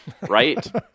Right